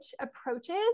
approaches